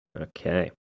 Okay